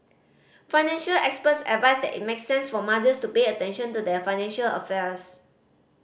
financial experts advise that it makes sense for mothers to pay attention to their financial affairs